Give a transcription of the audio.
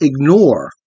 ignore